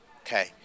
Okay